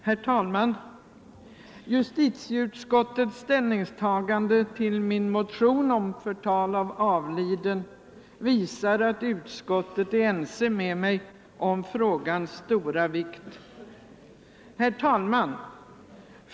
Herr talman! Justitieutskottets ställningstagande till min motion om förtal av avliden visar att utskottet är ense med mig om frågans stora vikt.